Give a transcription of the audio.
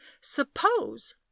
Suppose—